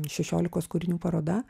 šešiolikos kūrinių paroda